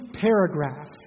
paragraph